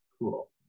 cool